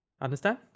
Understand